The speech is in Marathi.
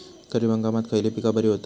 खरीप हंगामात खयली पीका बरी होतत?